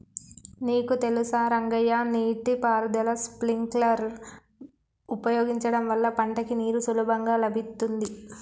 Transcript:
నీకు తెలుసా రంగయ్య నీటి పారుదల స్ప్రింక్లర్ ఉపయోగించడం వల్ల పంటకి నీరు సులభంగా లభిత్తుంది